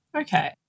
Okay